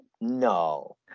no